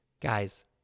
Guys